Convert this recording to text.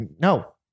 no